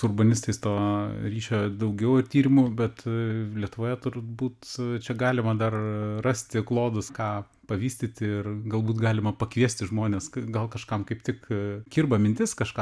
urbanistais to ryšio daugiau tyrimų bet lietuvoje turbūt čia galima dar rasti klodus ką pavystyti ir galbūt galima pakviesti žmones gal kažkam kaip tik kirba mintis kažką